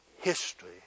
history